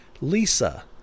Lisa